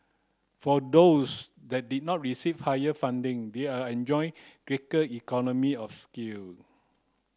for those that did not receive higher funding they are enjoying greater economy of scale